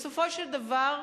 בסופו של דבר,